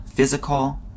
physical